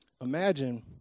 imagine